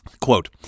Quote